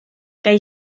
kaj